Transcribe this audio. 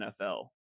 NFL